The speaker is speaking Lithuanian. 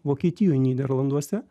vokietijoj nyderlanduose